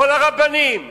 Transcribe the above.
כל הרבנים גינו.